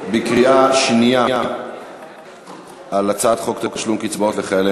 בקריאה שנייה של הצעת חוק תשלום קצבאות לחיילי